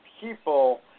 people